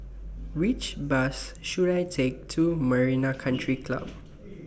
Which Bus should I Take to Marina Country Club